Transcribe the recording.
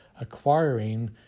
acquiring